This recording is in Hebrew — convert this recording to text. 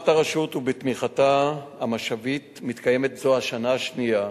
ביוזמת הרשות ובתמיכתה המשאבית מתקיימת זו השנה השנייה